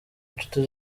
nshuti